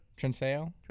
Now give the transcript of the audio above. Trinseo